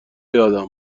یادم